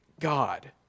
God